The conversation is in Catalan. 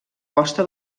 posta